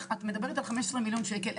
את מדברת על 15 מיליון שקל,